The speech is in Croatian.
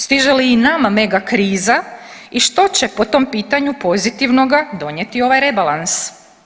Stiže li i nama mega kriza i što će po tom pitanju pozitivnoga donijeti ovaj rebalans?